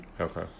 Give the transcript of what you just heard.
Okay